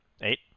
Eight